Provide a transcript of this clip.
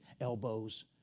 elbows